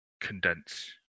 condense